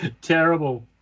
Terrible